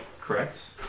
correct